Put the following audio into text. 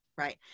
Right